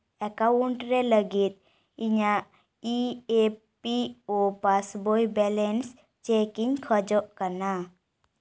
account ᱨᱮ ᱞᱟᱹᱜᱤᱫ ᱤᱧᱟᱜ E F P O passbook balance checking ᱠᱷᱚᱡᱚᱜ ᱠᱟᱱᱟ